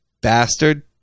bastard